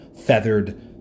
feathered